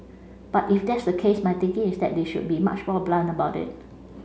but if that's the case my thinking is that they should be much more blunt about it